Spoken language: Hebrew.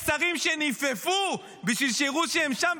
יש שרים שנופפו בשביל שיראו שהם שם,